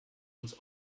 uns